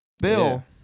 Bill